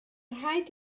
rhaid